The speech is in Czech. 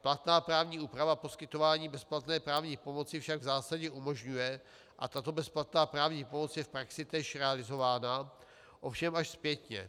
Platná právní úprava poskytování bezplatné právní pomoci však v zásadě umožňuje a tato bezplatná právní pomoc je v praxi též realizována, ovšem až zpětně.